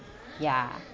yeah